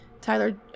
tyler